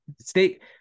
state